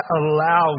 allow